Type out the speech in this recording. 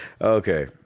Okay